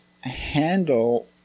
handle